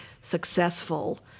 successful